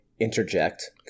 interject